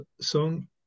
song